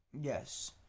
Yes